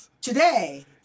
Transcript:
today